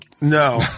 No